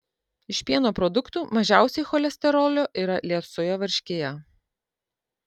iš pieno produktų mažiausiai cholesterolio yra liesoje varškėje